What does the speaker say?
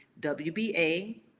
wba